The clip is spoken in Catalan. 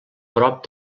prop